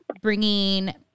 bringing